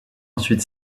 ensuite